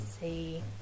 see